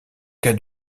cas